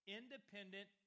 independent